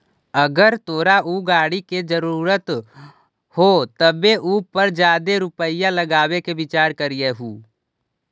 अगर तोरा ऊ गाड़ी के जरूरत हो तबे उ पर जादे रुपईया लगाबे के विचार करीयहूं